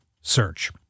search